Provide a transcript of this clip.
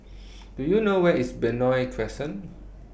Do YOU know Where IS Benoi Crescent